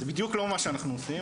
זה בדיוק לא מה שאנחנו עושים,